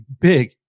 big